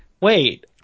wait